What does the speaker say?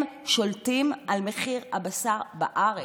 הם שולטים במחיר הבשר בארץ.